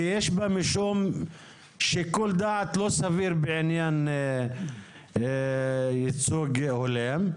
כי יש בה משום שיקול דעת לא סביר בעניין ייצוג הולם,